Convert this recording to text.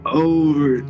over